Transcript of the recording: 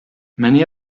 many